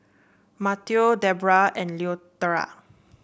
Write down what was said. Mateo Deborah and Loretta